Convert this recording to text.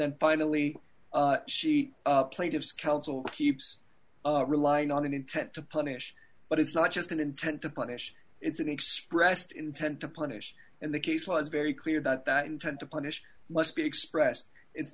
then finally she plaintiff's counsel keeps relying on an intent to punish but it's not just an intent to punish it's an expressed intent to punish and the case was very clear that that intent to punish must be expressed it's